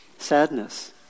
sadness